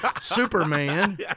Superman